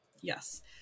yes